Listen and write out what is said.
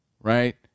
right